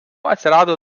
atsirado